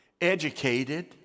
educated